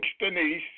Denise